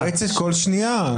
מתפרצת כל שנייה.